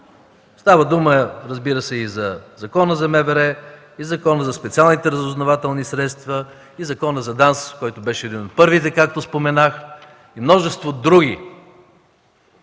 Става дума, разбира се, и за Закона за МВР, и за Закона за специалните разузнавателни средства, и за Закона за ДАНС, който беше от първите, както споменах, и множество други.